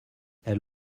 elle